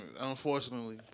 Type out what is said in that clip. unfortunately